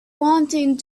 wanting